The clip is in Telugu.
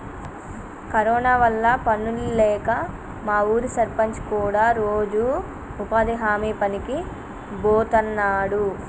కరోనా వల్ల పనుల్లేక మా ఊరి సర్పంచ్ కూడా రోజూ ఉపాధి హామీ పనికి బోతన్నాడు